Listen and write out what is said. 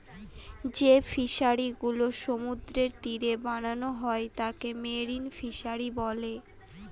যে ফিশারিগুলা সমুদ্রের তীরে বানানো হয় তাকে মেরিন ফিশারী বলে